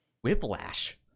whiplash